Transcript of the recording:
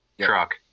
truck